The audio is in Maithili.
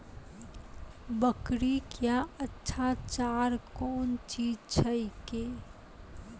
बकरी क्या अच्छा चार कौन चीज छै के?